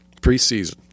Preseason